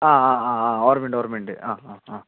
ആഹ് ആഹ് അഹ് ആഹ് ഓർമ്മയുണ്ട് ഓർമ്മയുണ്ട് അഹ് ആ ആ